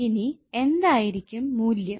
ഇനി എന്തായിരിക്കും മൂല്യം